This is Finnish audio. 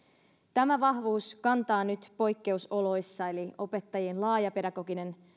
tämä vahvuus kantaa nyt poikkeusoloissa eli opettajien laaja pedagoginen